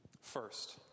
First